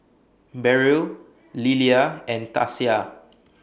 Beryl Lilia and Tasia